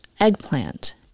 eggplant